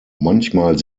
manchmal